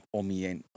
omien